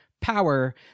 power